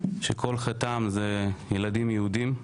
שכל חטאם הוא שהם ילדים יהודים.